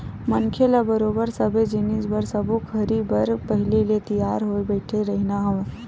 मनखे ल बरोबर सबे जिनिस बर सब्बो घरी बर पहिली ले तियार होय बइठे रहिना हवय